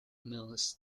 mills